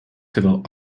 terwijl